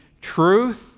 Truth